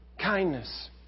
Kindness